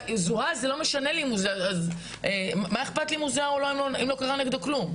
מה אכפת לי אם הוא זוהה אם לא קרה נגדו כלום?